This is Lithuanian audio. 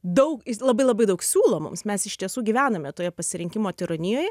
daug labai labai daug siūlo mums mes iš tiesų gyvename toje pasirinkimo tironijoje